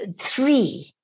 three